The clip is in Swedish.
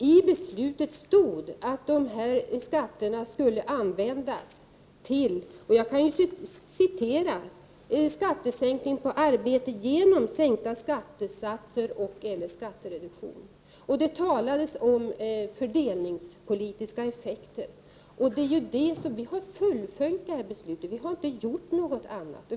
I beslutet stod det att de här skatterna skulle användas till ”skattesänkning på arbete genom sänkta skattesatser och/eller skattereduktion”. Och det talades om fördelningspolitiska effekter. Vi har inte gjort något annat än fullföljt det beslutet.